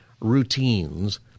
routines